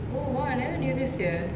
oh !wow! I never knew this sia